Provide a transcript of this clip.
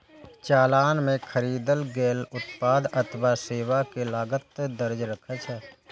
चालान मे खरीदल गेल उत्पाद अथवा सेवा के लागत दर्ज रहै छै